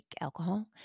alcohol